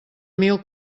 mil